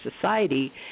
society